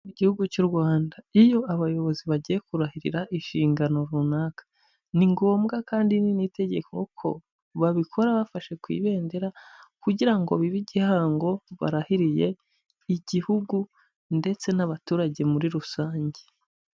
Mu gihugu cy'u Rwanda, iyo abayobozi bagiye kurahirira inshingano runaka, ni ngombwa kandi ni ni itege ko babikora bafashe ku ibendera, kugira ngo bibe igihango barahiriye igihugu ndetse n'abaturage muri rusange.